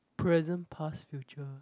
present past future